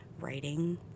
writing